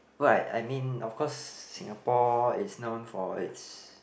what I I mean of course Singapore is known for its